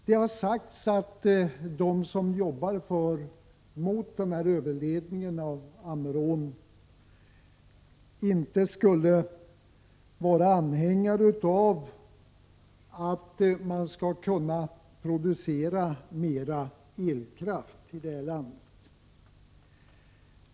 Det har sagts att de som arbetar mot den här överledningen av Ammerån inte skulle vara anhängare av att man skall kunna producera mer elkraft i det här landet.